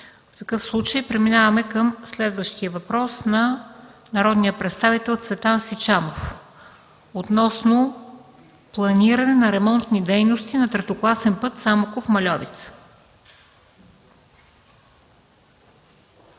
е отбелязано. Преминаваме към следващия въпрос – от народния представител Цветан Сичанов, относно планиране на ремонтни дейности на третокласен път Самоков-Мальовица.